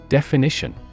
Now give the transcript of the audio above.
Definition